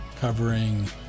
covering